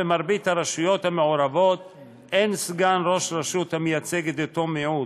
במרבית הרשויות המעורבות אין סגן ראש רשות המייצג את אותו מיעוט,